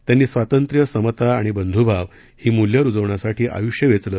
त्यांनी स्वातंत्र्य समता आणि बंधूभाव ही मूल्यं रुजवण्यासाठी आयुष्य वेचलं